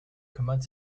kümmert